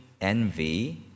envy